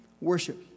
worship